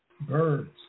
birds